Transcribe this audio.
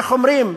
איך אומרים?